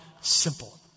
simple